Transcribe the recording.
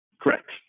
Correct